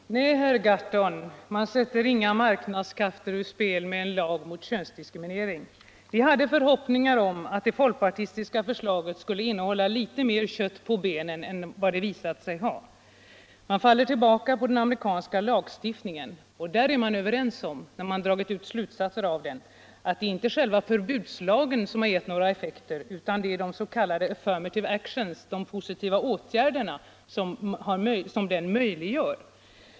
Herr talman! Nej, herr Gahrton, man sätter inga marknadskrafter ur spel med en lag mot könsdiskriminering. Vi hade förhoppningar om att det folkpartistiska förslaget skulle ha litet mer kött på benen än vad som visade sig vara förhållandet. Man faller tillbaka på den amerikanska lagstiftningen. I Amerika är man, sedan man dragit slutsatserna av lagstiftningen. överens om att det inte är själva förbudslagen som gett några effekter, utan de s.k. affirmative actions — de positiva åtgärder - som lagen möjliggör.